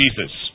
Jesus